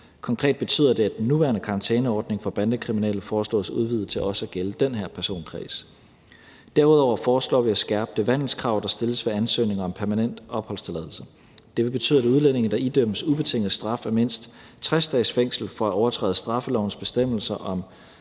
Konkret betyder det, at den nuværende karantæneordning for bandekriminelle foreslås udvidet til også at gælde den her personkreds. Derudover foreslår vi at skærpe det vandelskrav, der stilles ved ansøgning om permanent opholdstilladelse. Det vil betyde, at udlændinge, der idømmes ubetinget straf af mindst 60 dages fængsel for at overtræde straffelovens bestemmelser om